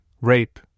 rape